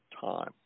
time